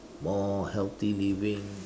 more healthy living